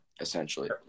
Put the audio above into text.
essentially